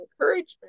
encouragement